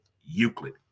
Euclid